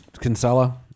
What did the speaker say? Kinsella